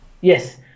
Yes